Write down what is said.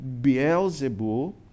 Beelzebub